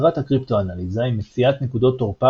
מטרת הקריפטואנליזה היא מציאת נקודות תורפה